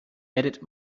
edit